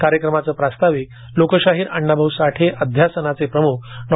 कार्यक्रमाच प्रास्ताविक लोकशाहीर अण्णा भाऊ साठे अध्यासनाचे प्रमुख डॉ